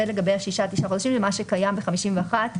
זה מה שקיים ב-51.